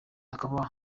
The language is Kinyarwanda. akaba